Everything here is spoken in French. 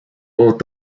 aux